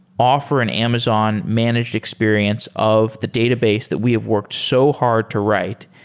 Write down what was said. offer an amazon managed experience of the database that we have worked so hard to write,